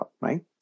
right